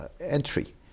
entry